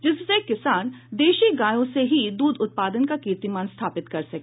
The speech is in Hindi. जिससे किसान देशी गायों से ही दूध उत्पादन का कीर्तिमान स्थापित कर सके